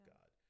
God